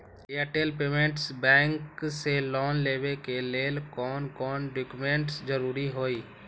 Airtel payments bank से loan लेवे के ले कौन कौन डॉक्यूमेंट जरुरी होइ?